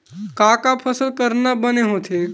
का का फसल करना बने होथे?